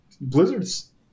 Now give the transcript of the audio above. Blizzard's